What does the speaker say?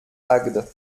agde